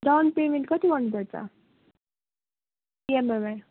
down payment कति गर्नुपर्छ इएमआईमै